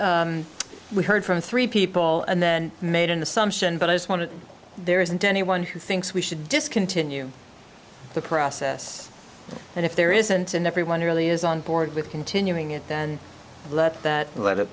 it's we heard from three people and then made an assumption but i just wanted there isn't anyone who thinks we should discontinue the process and if there isn't an everyone really is on board with continuing it then let that let the